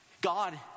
God